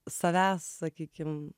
savęs sakykim